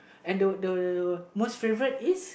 and the the most favourite is